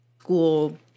school